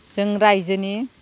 जों रायजोनि